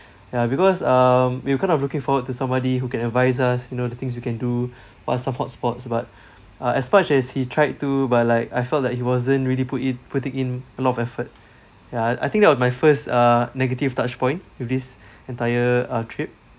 ya because um we're kind of looking forward to somebody who can advise us you know the things we can do what's the hot spots but uh as much as he tried to but like I felt that he wasn't really put it putting in a lot of effort ya I I think that was my first uh negative touchpoint with this entire uh trip